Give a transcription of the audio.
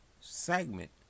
segment